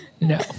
No